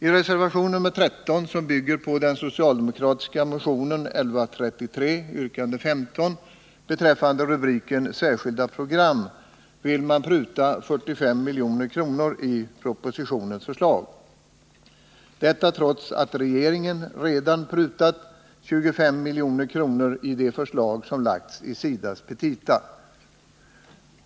I reservation nr 13, som bygger på den socialdemokratiska motionen 1133, yrkandet 15, beträffande rubriken Särskilda program, vill man pruta 45 milj.kr. i propositionens förslag — detta trots att regeringen redan prutat 25 milj.kr. i förslaget i SIDA:s petita.